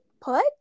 put